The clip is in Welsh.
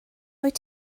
wyt